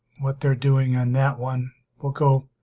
what they're doing on that one we'll go